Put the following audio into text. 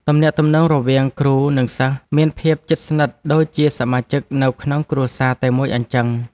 ទំនាក់ទំនងរវាងគ្រូនិងសិស្សមានភាពជិតស្និទ្ធដូចជាសមាជិកនៅក្នុងគ្រួសារតែមួយអញ្ចឹង។